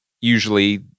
usually